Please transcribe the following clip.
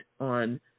on